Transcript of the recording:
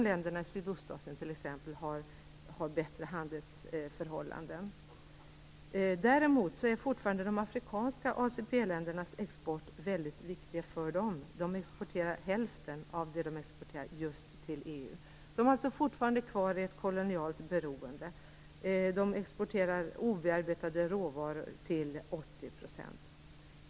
Länderna i Sydostasien har t.ex. bättre handelsförhållanden. Däremot är fortfarande de afrikanska ACP-ländernas export väldigt viktig för dem. De exporterar hälften av det de exporterar just till EU. De har alltså fortfarande kvar ett kolonialt beroende. De exporterar obearbetade råvaror till 80 %.